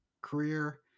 career